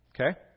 Okay